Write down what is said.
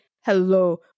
hello